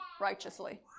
righteously